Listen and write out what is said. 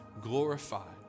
glorified